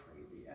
crazy